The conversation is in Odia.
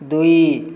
ଦୁଇ